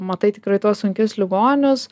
matai tikrai tuos sunkius ligonius